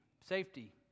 safety